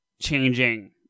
changing